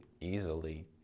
easily